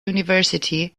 university